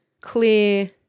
clear